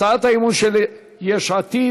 הצעת אי-אמון של יש עתיד.